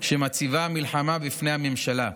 שמציבה המלחמה בפני הממשלה.